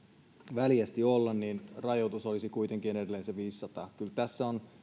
väljästi olla rajoitus olisi kuitenkin edelleen se viidennelläsadannella kyllä tässä on